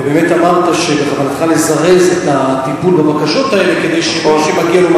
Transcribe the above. ובאמת אמרת שבכוונתך לזרז את הטיפול בבקשות האלה כדי שמי שמגיע לו,